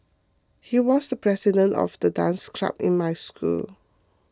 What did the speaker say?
he was the president of the dance club in my school